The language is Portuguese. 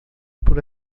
por